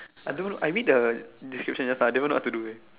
I don't I read the description just now they don't know what to do air